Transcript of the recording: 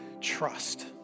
trust